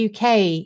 UK